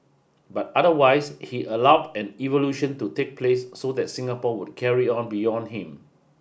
but otherwise he allowed an evolution to take place so that Singapore would carry on beyond him